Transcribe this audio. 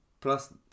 plus